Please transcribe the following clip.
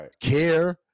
care